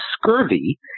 scurvy